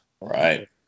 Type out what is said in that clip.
Right